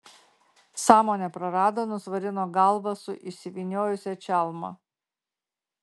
sąmonę prarado nusvarino galvą su išsivyniojusia čalma